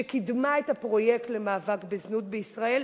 שקידמה את הפרויקט למאבק בזנות בישראל,